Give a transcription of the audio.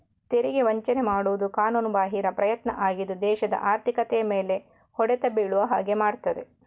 ತೆರಿಗೆ ವಂಚನೆ ಮಾಡುದು ಕಾನೂನುಬಾಹಿರ ಪ್ರಯತ್ನ ಆಗಿದ್ದು ದೇಶದ ಆರ್ಥಿಕತೆಯ ಮೇಲೆ ಹೊಡೆತ ಬೀಳುವ ಹಾಗೆ ಮಾಡ್ತದೆ